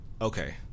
Okay